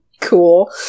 Cool